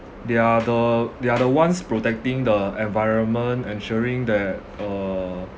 they are the they are the ones protecting the environment ensuring that uh